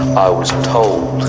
i was told.